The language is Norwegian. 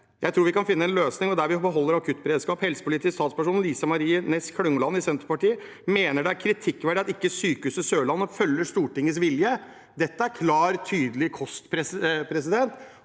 Jeg tror vi kan finne en løsning der vi beholder akuttberedskap. Helsepolitisk talsperson Lisa Marie Ness Klungland i Senterpartiet mener det er kritikkverdig at ikke Sørlandet sykehus følger Stortingets vilje (…).» Dette er klar og tydelig kost, så